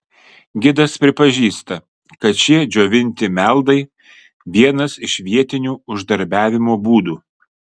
gidas pripažįsta kad šie džiovinti meldai vienas iš vietinių uždarbiavimo būdų